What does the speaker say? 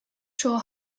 sure